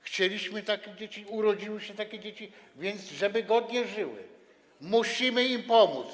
Chcieliśmy takie dzieci, urodziły się takie dzieci, więc żeby godnie żyły, musimy im pomóc.